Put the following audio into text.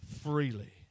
freely